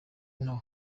nto